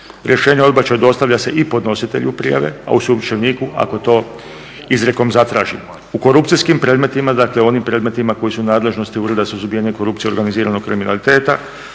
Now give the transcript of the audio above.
Rješenje o odbačaju dostavlja se i podnositelju prijave, osumnjičeniku ako to izrijekom zatraži. U korupcijskim predmetima dakle onim predmetima koji su u nadležnosti Ureda za suzbijanje korupcije organiziranog kriminaliteta